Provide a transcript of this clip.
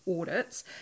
Audits